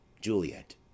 Juliet